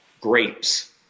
grapes